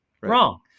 Wrong